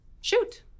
Shoot